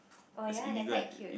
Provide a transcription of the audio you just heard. oh ya they're quite cute